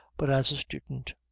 but as a student.